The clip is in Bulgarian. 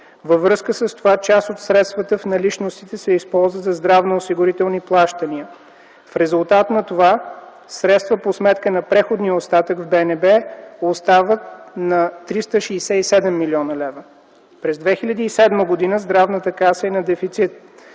Във връзка с това част от средствата в наличностите се използват за здравноосигурителни плащания. В резултат на това средствата по сметка на преходния остатък в БНБ остават на 367 млн. лв. През 2007 г. Здравната каса е на дефицит.